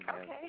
Okay